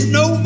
no